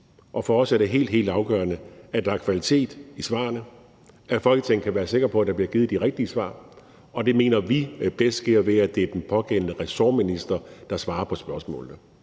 Og for os er det helt, helt afgørende, at der er kvalitet i svarene, og at Folketinget kan være sikre på, at der bliver givet de rigtige svar, og det mener vi bedst sker, ved at det er den pågældende ressortminister, der svarer på spørgsmålene.